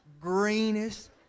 greenest